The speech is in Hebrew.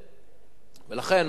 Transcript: ולכן, מה שאנחנו עושים,